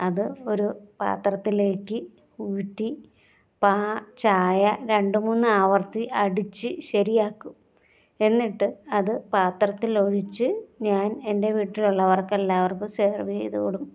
അത് ഒരു പാത്രത്തിലേയ്ക്ക് ഊറ്റി ചായ രണ്ട് മൂന്ന് ആവർത്തി അടിച്ച് ശരിയാക്കും എന്നിട്ട് അത് പാത്രത്തിലൊഴിച്ച് ഞാൻ എൻ്റെ വീട്ടിലുള്ളവർക്ക് എല്ലാവർക്കും സെർവ് ചെയ്തു കൊടുക്കും